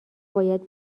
باید